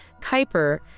Kuiper